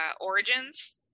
Origins